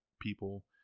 people